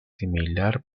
similar